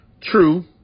True